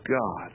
God